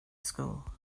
school